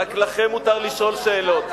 רק לכם מותר לשאול שאלות.